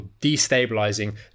destabilizing